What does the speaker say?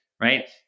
Right